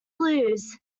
lose